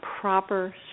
proper